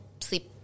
sleep